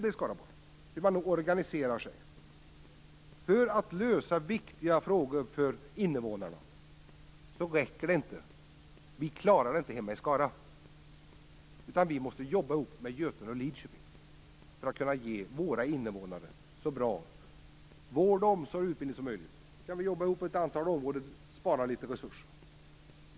Vi kan i Skaraborg se hur man organiserar sig för att lösa för invånarna viktiga frågor, som man inte klarar hemma i Skara. Man måste samarbeta med Götene och Lidköping för att kunna ge invånarna en så bra vård, omsorg och utbildning som möjligt. Genom att samarbeta på ett antal områden kan man spara litet resurser.